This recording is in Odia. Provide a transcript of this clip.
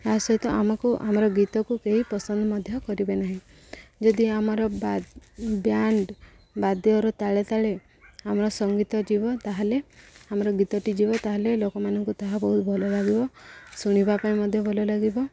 ତା' ସହିତ ଆମକୁ ଆମର ଗୀତକୁ କେହି ପସନ୍ଦ ମଧ୍ୟ କରିବେ ନାହିଁ ଯଦି ଆମର ବା ବ୍ୟାଣ୍ଡ ବାଦ୍ୟର ତାଳେ ତାଳେ ଆମର ସଙ୍ଗୀତ ଯିବ ତା'ହେଲେ ଆମର ଗୀତଟି ଯିବ ତା'ହେଲେ ଲୋକମାନଙ୍କୁ ତାହା ବହୁତ ଭଲ ଲାଗିବ ଶୁଣିବା ପାଇଁ ମଧ୍ୟ ଭଲ ଲାଗିବ